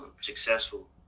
successful